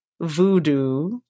voodoo